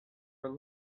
were